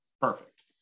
Perfect